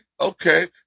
okay